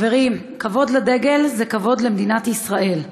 חברים, כבוד לדגל זה כבוד למדינת ישראל,